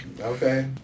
Okay